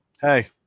Hey